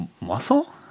muscle